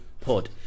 pod